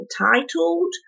entitled